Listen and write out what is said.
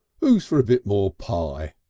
who's for a bit more pie?